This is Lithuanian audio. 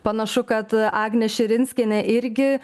panašu kad agnė širinskienė irgi